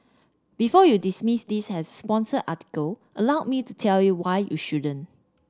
before you dismiss this as a sponsored article allow me to tell you why you shouldn't